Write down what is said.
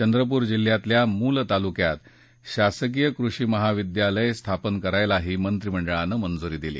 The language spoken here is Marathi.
चंद्रपूर जिल्ह्यातल्या मूळ तालुक्यात शासकीय कृषी महाविद्यालय स्थापन करायलाही मंत्रिमंडळानं मंजुरी दिली